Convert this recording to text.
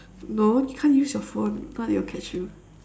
no you can't use your phone if not they'll catch you